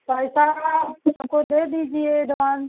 भाई साहब कुछ हमको दे दीजिए एडवांस